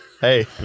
Hey